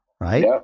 right